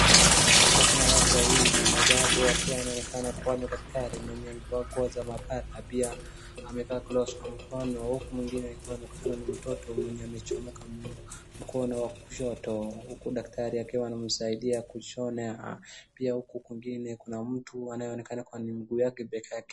Hapa kuna watu wawili mojawapo akionekana kuwa ni daktari mwenye amevaa nguo za maabara, pia amevaa gloves kwa mkono huku mwingine akionekana kuwa ni mtoto mwenye amechomeka mkono wa kushoto, huku daktari akiwa anamsaidia kushona pia huku kwingine kuna mtu anayeonekana kuwa ni mguu yake peke yake,